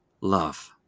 love